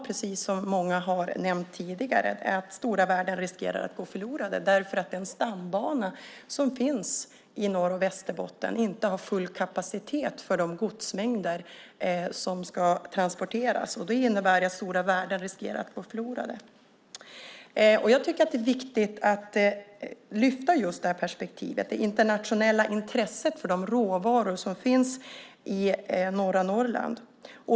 Precis som många har nämnt tidigare riskerar i dag stora värden att gå förlorade därför att den stambana som finns i Norr och Västerbotten inte har full kapacitet för de godsmängder som ska transporteras. Det innebär att stora värden riskerar att gå förlorade. Jag tycker att det är viktigt att lyfta fram just det här perspektivet, det internationella intresset för de råvaror som finns i norra Norrland.